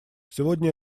сегодня